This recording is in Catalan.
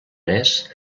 mes